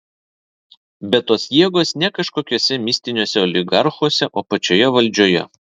bet tos jėgos ne kažkokiuose mistiniuose oligarchuose o pačioje valdžioje